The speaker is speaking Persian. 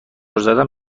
زدن